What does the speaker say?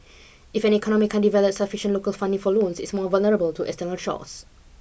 if an economy can't develop sufficient local funding for loans it's more vulnerable to external shocks